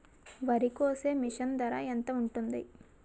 వరి కోసే మిషన్ ధర ఎంత ఉంటుంది?